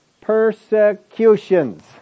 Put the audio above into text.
Persecutions